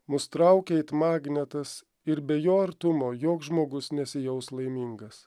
mus traukia it magnetas ir be jo artumo joks žmogus nesijaus laimingas